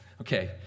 Okay